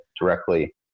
directly